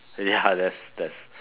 ya that's that's